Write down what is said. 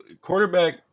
quarterback